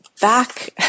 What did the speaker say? back